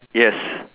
yes